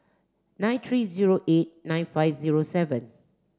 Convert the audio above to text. three nine zero eight nine five zero seven